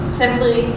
simply